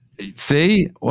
See